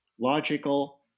logical